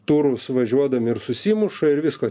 turus važiuodami ir susimuša ir visko